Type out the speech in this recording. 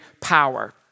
power